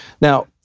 Now